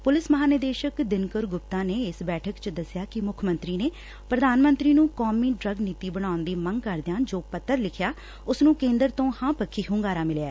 police ਮਹਾਂਨਿਰਦੇਸ਼ਕ ਦਿਨਕਰ ਗੁਪਤਾ ਨੇ ਇਸ ਬੈਠਕ ਚ ਦਸਿਆ ਕਿ ਮੁੱਖ ਮੰਤਰੀ ਨੇ ਪ੍ਰਧਾਨ ਮੰਤਰੀ ਨੁੰ ਕੌਮੀ ਡਰੱਗ ਨੀਤੀ ਬਣਾਉਣ ਦੀ ਮੰਗ ਕਰਦਿਆਂ ਜੋ ਪੱਤਰ ਲਿਖਿਆ ਉਸਨੂੰ ਕੇਦਰ ਤੋ ਹਾਂ ਪੱਖੀ ਹੂੰਗਾਰਾ ਮਿਲਿਐ